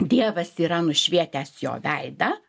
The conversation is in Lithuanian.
dievas yra nušvietęs jo veidą